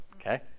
Okay